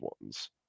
ones